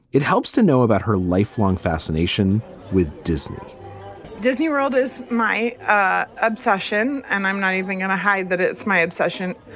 it helps to know about her lifelong fascination with disney disney world is my obsession. and i'm not even going to hide that. it's my obsession.